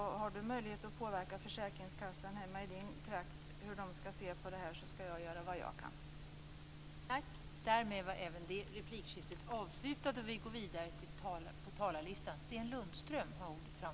Om Owe har möjlighet att påverka försäkringskassan i den egna trakten och hur man där skall se på detta skall jag för min del göra vad jag kan.